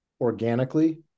organically